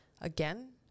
again